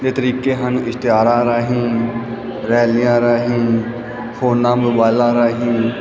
ਦੇ ਤਰੀਕੇ ਹਨ ਇਸ਼ਤਿਆਰਾਂ ਰਾਹੀਂ ਰੈਲੀਆਂ ਰਾਹੀਂ ਫੋਨਾਂ ਮੋਬਾਇਲਾਂ ਰਾਹੀਂ